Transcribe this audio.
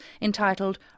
entitled